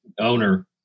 owner